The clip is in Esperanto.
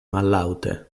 mallaŭte